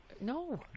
No